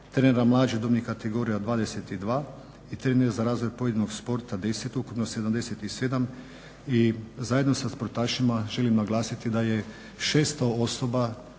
trenera mlađih dobnih kategorija 22 i trenera za razvoj pojedinog sporta 10, ukupno 77. I zajedno sa sportašima želim naglasiti da je 600 osoba